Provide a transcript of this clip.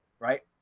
right?